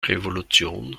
revolution